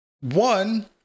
one